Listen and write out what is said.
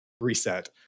reset